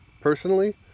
personally